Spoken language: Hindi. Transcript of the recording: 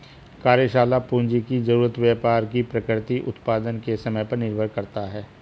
कार्यशाला पूंजी की जरूरत व्यापार की प्रकृति और उत्पादन के समय पर निर्भर करता है